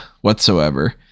whatsoever